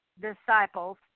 disciples